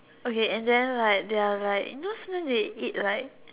okay and then like there are like you know sometimes they eat like